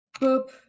Boop